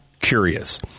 curious